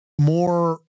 more